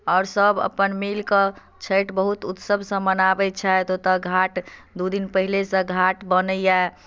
आओर सभ अपन मिलि कऽ छठि बहुत उत्सवसँ मनाबैत छथि ओतय घाट दू दिन पहिनेसँ घाट बनैए